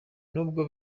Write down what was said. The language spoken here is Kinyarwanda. nubwo